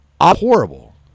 horrible